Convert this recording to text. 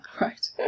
Right